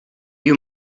you